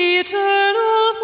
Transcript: eternal